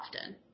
often